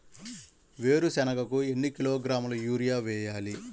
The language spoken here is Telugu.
వేరుశనగకు ఎన్ని కిలోగ్రాముల యూరియా వేయాలి?